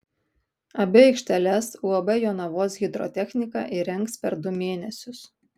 abi aikšteles uab jonavos hidrotechnika įrengs per du mėnesius